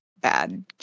bad